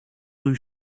rue